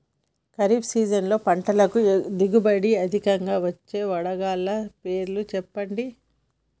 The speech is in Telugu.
ఖరీఫ్ సీజన్లో పంటల దిగుబడి అధికంగా వచ్చే వంగడాల పేర్లు చెప్పండి?